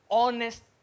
honest